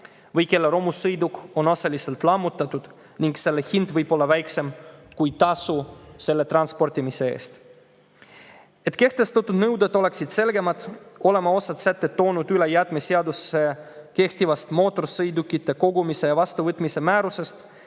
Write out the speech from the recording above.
või kelle romusõiduk on osaliselt lammutatud ning selle hind võib olla väiksem kui tasu selle transportimise eest.Et kehtestatud nõuded oleksid selgemad, oleme osa sätteid toonud jäätmeseadusesse üle kehtivast mootorsõidukite kogumise ja vastuvõtmise määrusest,